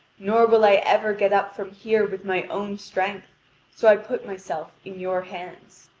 nor will i ever get up from here with my own strength so i put myself in your hands.